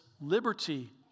liberty